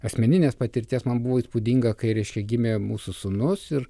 asmeninės patirties man buvo įspūdinga kai reiškia gimė mūsų sūnus ir